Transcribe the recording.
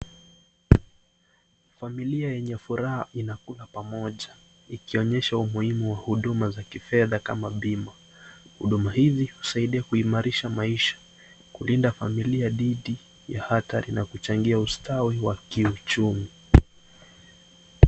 Familia yenye furaha inakula pamoja ikionyesha umuhimu wa huduma za kifedha kama bima. Huduma hizi husaidia kuimarisha maisha, kulinda familia dhidi ya hatari na kuchangia ustawi wa kiuchumi.